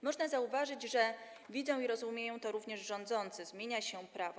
Można zauważyć, że widzą i rozumieją to również rządzący, zmienia się prawo.